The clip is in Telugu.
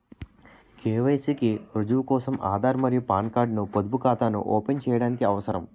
కె.వై.సి కి రుజువు కోసం ఆధార్ మరియు పాన్ కార్డ్ ను పొదుపు ఖాతాను ఓపెన్ చేయడానికి అవసరం